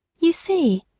you see,